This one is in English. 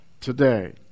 today